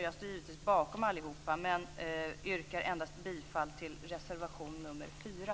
Jag står givetvis bakom alla men yrkar bifall endast till reservation nr 4.